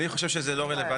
אני אגיד לך למה.